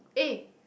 eh